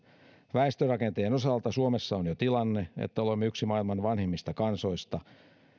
väestörakenteen osalta suomessa on jo tilanne että olemme yksi maailman vanhimmista kansoista